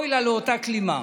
אוי לה לאותה כלימה".